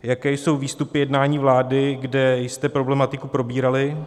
Jaké jsou výstupy jednání vlády, kde jste problematiku probírali?